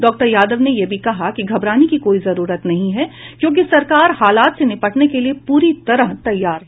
doctor Yadav ने यह भी कहा कि घबराने की कोई जरूरत नहीं है क्योंकि सरकार हालात से निपटने के लिये पूरी तरह तैयार है